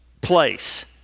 place